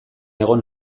egon